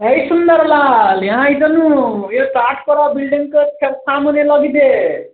यही सुन्दरलाल यहाँ आइजानु यो चाटको र बिल्डिङको सामुने लगि दे